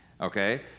okay